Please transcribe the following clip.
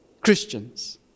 Christians